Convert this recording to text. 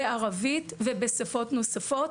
בערבית ובשפות נוספות.